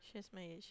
she's my age